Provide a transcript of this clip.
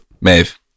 Maeve